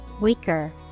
weaker